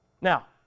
Now